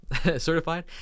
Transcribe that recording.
certified